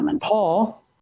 Paul